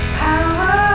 power